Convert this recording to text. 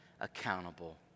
accountable